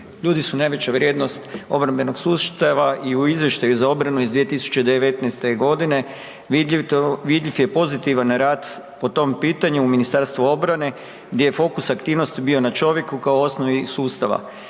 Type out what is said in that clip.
Ljudi su najveća vrijednost obrambenog sustava i u izvještaju za obranu iz 2019.g. vidljiv, vidljiv je pozitivan rad po tom pitanju u Ministarstvu obrane gdje je fokus aktivnosti bio na čovjeku kao osnovi sustava.